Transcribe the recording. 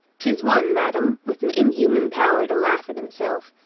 tis one, madame, with an inhuman power to laugh at himself,